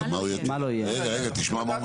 רגע, מה אתה